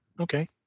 Okay